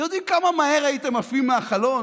אתם יודעים כמה מהר הייתם עפים מהחלון?